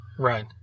Right